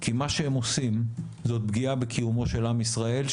כי מה שהם עושים זאת פגיעה בקיומו של עם ישראל,